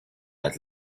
had